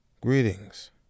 Greetings